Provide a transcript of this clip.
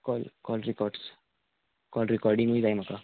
call call records call रिकॉडिंगूय जाय म्हाका